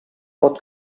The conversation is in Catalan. pot